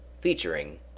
featuring